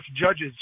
judges